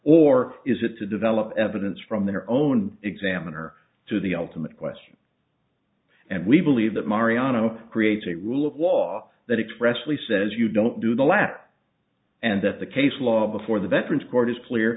or is it to develop evidence from their own examiner to the ultimate question and we believe that marianna creates a rule of law that expressly says you don't do the last and that the case law before the veterans court is clear